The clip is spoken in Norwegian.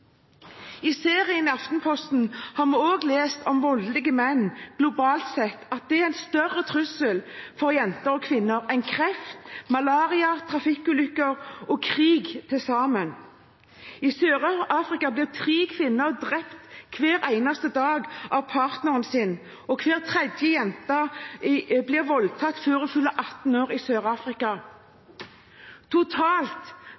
i familien. I serien i Aftenposten har vi også lest om voldelige menn globalt sett, at det er en større trussel for jenter og kvinner enn kreft, malaria, trafikkulykker og krig til sammen. I Sør-Afrika blir tre kvinner drept hver eneste dag av partneren sin, og hver tredje jente blir voldtatt før hun fyller 18 år. Totalt bor 603 millioner kvinner i